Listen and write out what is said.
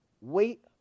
wait